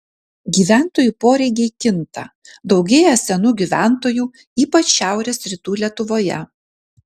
gyventojų poreikiai kinta daugėja senų gyventojų ypač šiaurės rytų lietuvoje